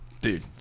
dude